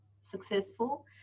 successful